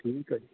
ਠੀਕ ਆ ਜੀ